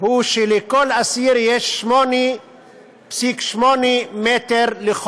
הוא שלכל אסיר יש 8.8 מטרים.